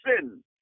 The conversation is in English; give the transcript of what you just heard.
sin